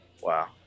Wow